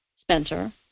Spencer